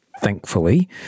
Thankfully